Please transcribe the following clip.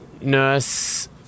nurse